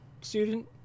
student